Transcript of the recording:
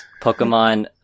Pokemon